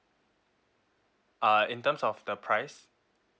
uh in terms of the price